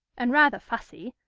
and rather fussy,